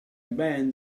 band